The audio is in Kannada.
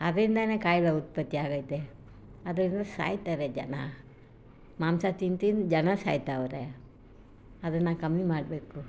ಅದ್ರಿಂದಾಲೇ ಕಾಯಿಲೆ ಉತ್ಪತ್ತಿ ಆಗೈತೆ ಅದ್ರಿಂದ ಸಾಯ್ತಾರೆ ಜನ ಮಾಂಸ ತಿಂದು ತಿಂದು ಜನ ಸಾಯ್ತವ್ರೆ ಅದನ್ನು ಕಮ್ಮಿ ಮಾಡಬೇಕು